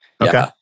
Okay